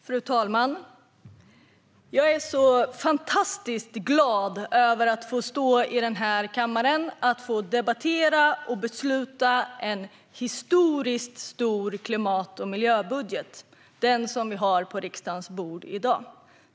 Fru talman! Jag är fantastiskt glad över att få stå i denna kammare, att få debattera och att få besluta om en historiskt stor klimat och miljöbudget - den som vi har på riksdagens bord i dag.